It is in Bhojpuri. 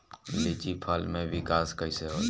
लीची फल में विकास कइसे होई?